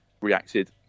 reacted